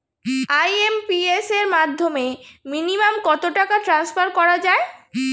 IMPS এর মাধ্যমে minimum কত টাকা ট্রান্সফার করা যায়?